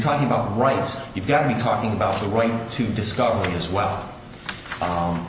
talking about rights you've got to be talking about the right to discover as well